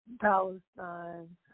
Palestine